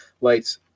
lights